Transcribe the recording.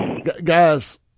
Guys